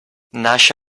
nasce